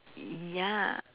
ya